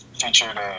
featured